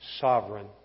sovereign